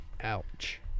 Ouch